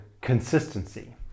consistency